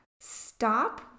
Stop